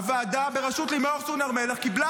הוועדה בראשות לימור סון הר מלך קיבלה